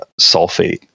sulfate